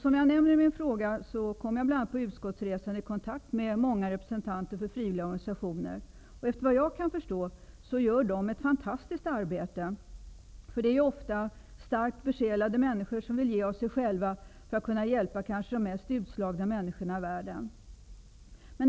Som jag nämner i min fråga kom jag bl.a. på utskottsresan i kontakt med många representanter för frivilliga organisationer, och efter vad jag kan förstå gör de ett fantastiskt arbete. Det är ofta starkt besjälade människor, som vill ge av sig själva för att kanske kunna hjälpa de mest utslagna människorna i världen.